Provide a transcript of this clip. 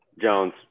Jones